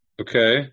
Okay